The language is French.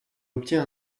obtient